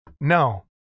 No